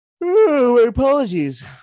apologies